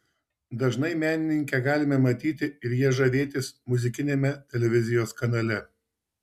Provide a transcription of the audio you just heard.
dažnai menininkę galime matyti ir ja žavėtis muzikiniame televizijos kanale